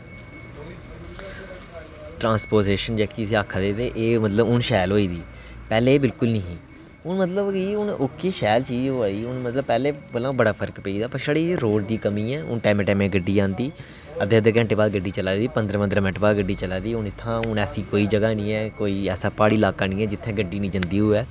transportation जेह्की तुस आक्खा दे एह् शैल होई गेदी पैह्लें एह् बिलकुल निं ऐहीं हून मतलब कि ओह्की शैल चीज़ होआ दी मतलब पैह्लें कोला मता फर्क पेई गेदा छड़ी रेट दी कमी ऐ टैमें टैमें दी गड्डी औंदी अद्धे अद्धे घैटें दे बाद गड्डी चलै दी पंदरां पंदरां मिंट दे बाद गड्डी चलै दी इत्थूं कोई ऐसी जगह् निं ऐ कोई ऐसी प्हाड़ी लाका निं होऐ जित्थै कोई गड्डी निं जंदी होऐ